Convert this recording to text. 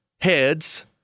heads